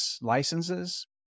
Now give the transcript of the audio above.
licenses